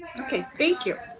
okay. thank you.